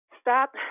Stop